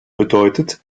bedeutet